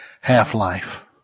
half-life